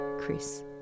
Chris